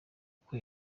uko